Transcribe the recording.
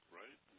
right